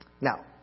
Now